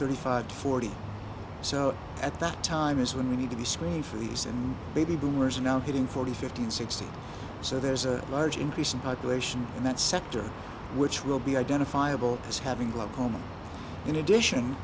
thirty five forty so at that time is when we need to be screening for these and baby boomers are now getting forty fifty sixty so there's a large increase in population in that sector which will be identifiable as having low home in addition